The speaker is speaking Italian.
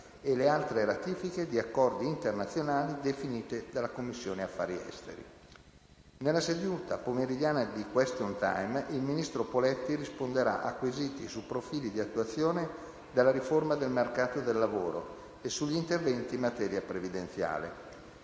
e le altre ratifiche di accordi internazionali definite dalla Commissione affari esteri. Nella seduta pomeridiana di *question time* il ministro Poletti risponderà a quesiti sui profili di attuazione della riforma del mercato del lavoro e sugli interventi in materia previdenziale.